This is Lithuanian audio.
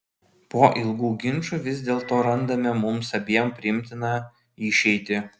po ilgų ginčų vis dėlto randame mums abiem priimtiną išeitį